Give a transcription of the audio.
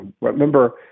Remember